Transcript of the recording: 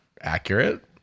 accurate